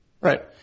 Right